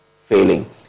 failing